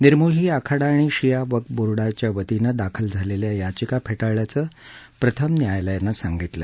निर्मोही आखाडा आणि शिया वक्फ बोर्डाच्या वतीनं दाखल झालेल्या याचिका फेटाळल्याचं प्रथम न्यायालयानं सांगितलं